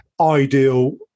ideal